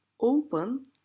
open